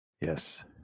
Yes